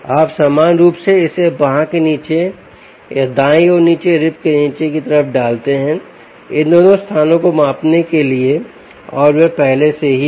आप सामान्य रूप से इसे बांह के नीचे या दाईं ओर नीचे रिब के नीचे की तरफ डालते हैं इन दोनों स्थानों को मापने के लिए है और वह पहले से ही है